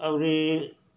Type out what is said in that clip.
और यह